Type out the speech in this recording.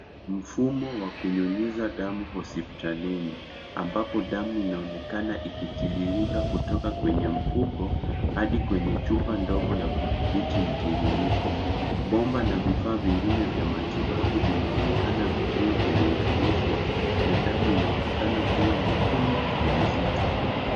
Mfumo wa kunyunyiza damu hospitalini ambapo damu inaonekana ikitiririka kutoka kwenye mfuko hadi kwenye chupa ndogo ya kudhibiti mtiririko. Bomba na vifaa vingine vya matibabu vinaonekana vikiwa vimeunganishwa na damu inaonekana kuwa nyekundu na nzito.